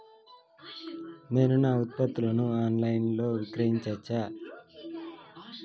నేను నా ఉత్పత్తులను ఆన్ లైన్ లో విక్రయించచ్చా?